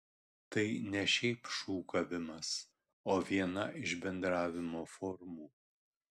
tai ne šiaip šūkavimas o viena iš bendravimo formų